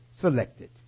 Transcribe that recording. selected